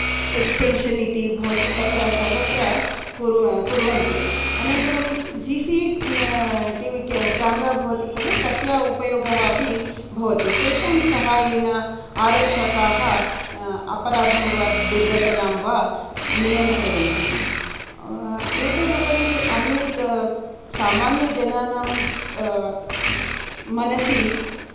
extension इति भवति तत्र सर्वत्र कुर्व कुर्वन्ति अनन्तरं C C T V camera भवति खलु तस्य उपयोगः अपि भवति तेषां सहायेन आरक्षकाः अपराधं वा दुर्घटनां वा नियन्त्रयन्ति एतद् उपरि अन्यत् सामान्यजनानां मनसि